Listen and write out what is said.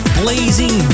blazing